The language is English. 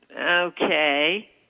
Okay